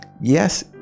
yes